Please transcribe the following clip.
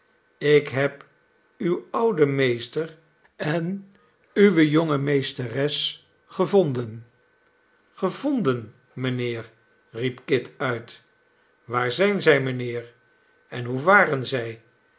ik heb uw ouden meester en uwe jonge meesteres gevonden gevonden mijnheer riep kit uit waar zijn zij mijnheer en hoe varen zij